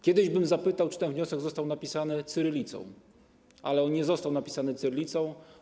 Kiedyś bym zapytał, czy ten wniosek został napisany cyrylicą, ale on nie został napisany cyrylicą.